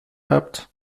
habt